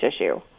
issue